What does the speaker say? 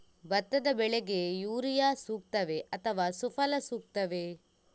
ಭತ್ತದ ಬೆಳೆಗೆ ಯೂರಿಯಾ ಸೂಕ್ತವೇ ಅಥವಾ ಸುಫಲ ಸೂಕ್ತವೇ?